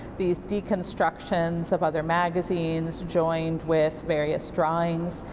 these deconstructions of other magazines joined with various drawings.